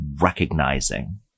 recognizing